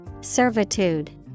Servitude